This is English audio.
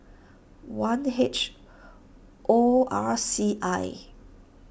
one H O R C I